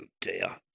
dear